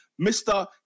Mr